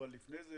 אבל לפני זה